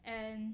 and